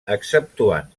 exceptuant